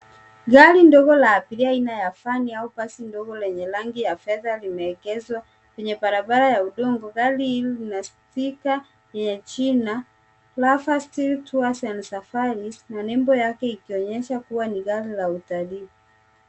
Gari ndogo la abiria aina ya vani au basi ndogo lenye rangi ya fedha limeegeshwa kwenye barabara ya udongo. Gari hili lina sticker ya jina Leisure deals tours and safaris na nembo yake ikionyesha kuwa ni gari la utalii.